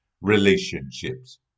relationships